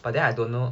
but then I don't know